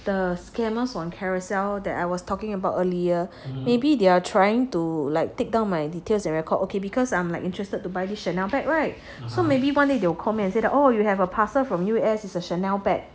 the scammers on Carousell that I was talking about earlier maybe they're trying to like take down my details and record okay because I'm like interested to buy the Chanel bag right so maybe one day they will call me oh you have a parcel from U_S is a Chanel bag